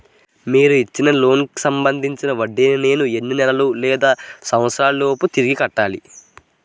మీరు ఇచ్చిన లోన్ కి సంబందించిన వడ్డీని నేను ఎన్ని నెలలు లేదా సంవత్సరాలలోపు తిరిగి కట్టాలి?